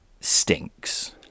stinks